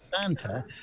Santa